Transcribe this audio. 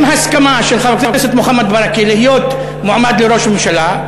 עם הסכמה של חבר הכנסת מוחמד ברכה להיות מועמד לראש ממשלה,